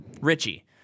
Richie